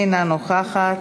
אינה נוכחת,